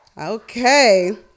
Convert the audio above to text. Okay